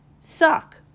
suck